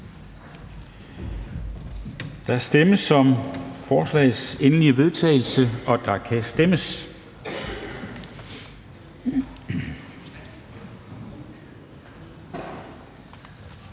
Der stemmes om forslagets endelige vedtagelse, og der kan stemmes.